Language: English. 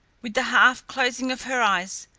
with the half closing of her eyes,